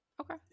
Okay